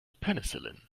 penicillin